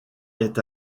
est